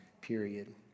period